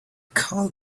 call